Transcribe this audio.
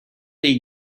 they